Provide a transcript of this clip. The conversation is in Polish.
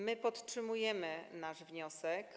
My podtrzymujemy nasz wniosek.